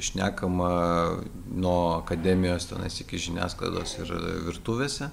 šnekama nuo akademijos tenais iki žiniasklaidos ir virtuvėse